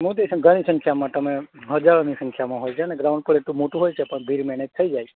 મોટી સંખ ઘણી સંખ્યામાં તમે હજારોની સંખ્યામાં હોય છે અને ગ્રાઉંડ પણ એટલું મોટું હોય છે પણ ભીડ મેનેજ થઈ જાય છે